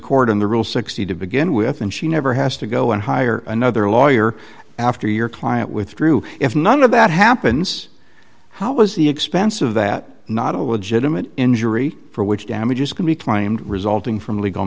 court in the real sixty to begin with and she never has to go and hire another lawyer after your client withdrew if none about happens how was the expense of that not all legitimate injury for which damages can be claimed resulting from legal